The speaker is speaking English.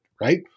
right